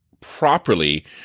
properly